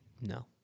No